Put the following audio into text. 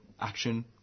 action